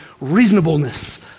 reasonableness